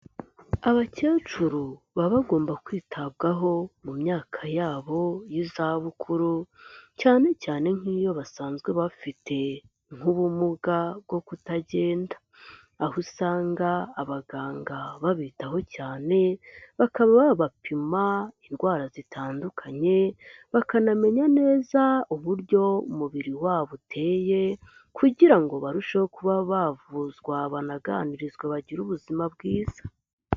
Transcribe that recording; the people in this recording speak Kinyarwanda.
Abakecuru baba bagomba kwitabwaho mu myaka yabo y'izabukuru, cyane cyane nk'iyo basanzwe bafite nk'ubumuga bwo kutagenda. Aho usanga abaganga babitaho cyane, bakaba babapima indwara zitandukanye bakanamenya neza uburyo umubiri wabo uteye, kugira ngo barusheho kuba bavuzwa banaganirizwa bagire ubuzima bwiza.